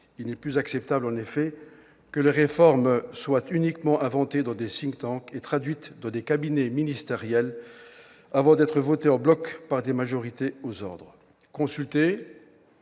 Il n'est plus acceptable que les réformes soient uniquement inventées dans des et traduites dans des cabinets ministériels avant d'être votées en bloc par des majorités aux ordres. Consultez,